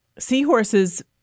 seahorses